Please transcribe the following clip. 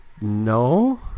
No